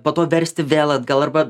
po to versti vėl atgal arba